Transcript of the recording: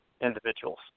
individuals